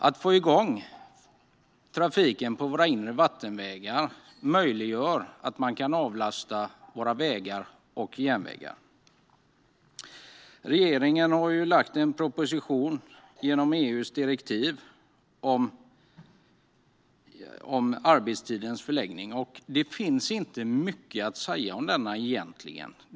Att få igång trafiken på våra inre vattenvägar möjliggör att våra vägar och järnvägar avlastas. Regeringen har lagt fram en proposition genom EU:s direktiv om arbetstidens förläggning, och det finns egentligen inte mycket att säga om denna.